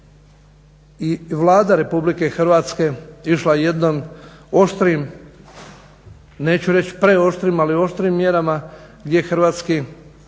i Vlada Republike Hrvatske išla jednim oštrim, neću reći preoštrim, ali oštrim mjerama gdje hrvatski